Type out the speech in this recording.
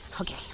Okay